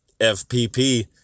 FPP